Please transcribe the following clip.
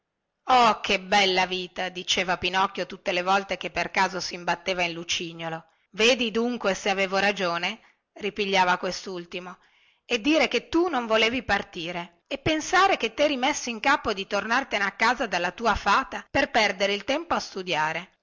oh che bella vita diceva pinocchio tutte le volte che per caso simbatteva in lucignolo vedi dunque se avevo ragione ripigliava questultimo e dire che tu non volevi partire e pensare che teri messo in capo di tornartene a casa dalla tua fata per perdere il tempo a studiare